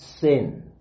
sin